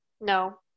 No